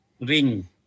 ring